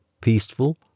peaceful